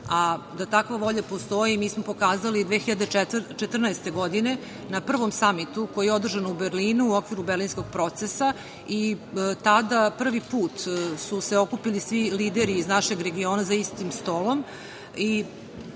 a da takva volja postoji mi smo pokazali 2014. godine na prvom Samitu koji je održan u Berlinu u okviru Berlinskog procesa. Tada prvi put su se okupili svi lideri iz našeg regiona za istim stolom